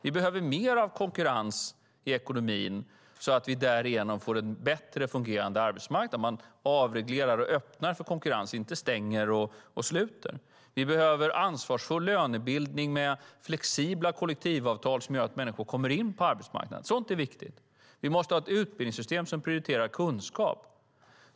Vi behöver mer konkurrens i ekonomin så att vi därigenom får en bättre fungerande arbetsmarknad. Man ska avreglera och öppna för konkurrens, inte stänga och sluta. Vi behöver en ansvarsfull lönebildning med flexibla kollektivavtal som gör att människor kommer in på arbetsmarknaden. Sådant är viktigt. Vi måste ha ett utbildningssystem som prioriterar kunskap.